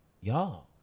y'all